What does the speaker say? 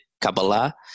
Kabbalah